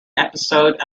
episode